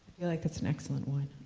feel like it's an excellent one.